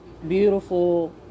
beautiful